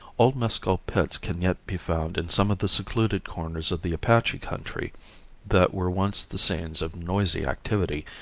old mescal pits can yet be found in some of the secluded corners of the apache country that were once the scenes of noisy activity,